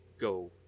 go